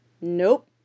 Nope